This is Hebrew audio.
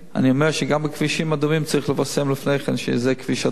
אני אומר שגם בכבישים אדומים צריכים לפרסם לפני כן שזה כביש אדום,